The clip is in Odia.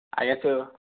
ଆଜ୍ଞା ସେ